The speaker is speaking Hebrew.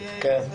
זה הנוסח.